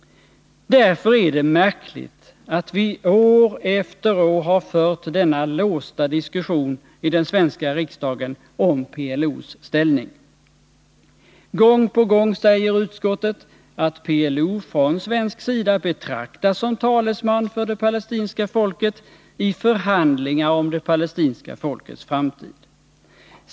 Därför är det märkligt att vi år efter år har fört denna låsta diskussion i den svenska riksdagen om PLO:s ställning. Gång på gång säger utskottet att PLO från svensk sida betraktas som talesman för det palestinska folket i förhandlingar om det palestinska folkets framtid.